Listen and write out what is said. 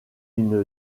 une